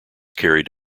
carried